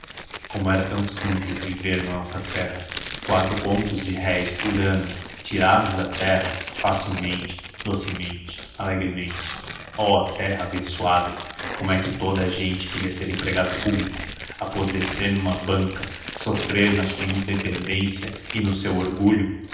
como era tão simples viver na nossa terra quatro contos de réis por ano tirado da terra facilmente docemente alegremente oh terra abençoada como é que toda a gente queria ser empregado público apodrecer numa banca sofrer na sua independência e no seu orgulho